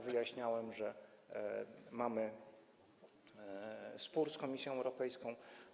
Wyjaśniałem, że mamy spór z Komisją Europejską.